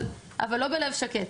אבל לא בלב שקט.